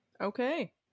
Okay